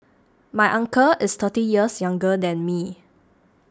my uncle is thirty years younger than me